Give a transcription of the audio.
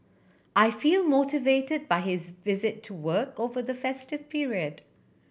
I feel motivated by his visit to work over the festive period